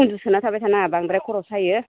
उन्दुसोना थाबाय थानाङा बांद्राय खर' सायो